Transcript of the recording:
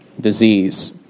disease